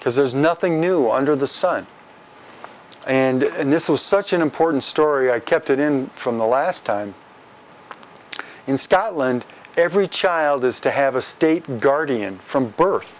because there's nothing new under the sun and this was such an important story i kept it in from the last time in scotland every child is to have a state guardian from birth